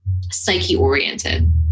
psyche-oriented